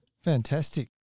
Fantastic